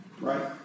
right